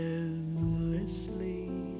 endlessly